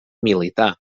militar